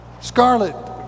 Scarlet